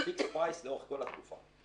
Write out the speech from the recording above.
יש fixed price לאורך כל התקופה.